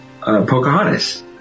Pocahontas